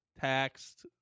taxed